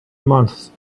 months